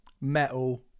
metal